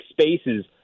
spaces